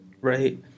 right